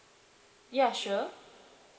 ya sure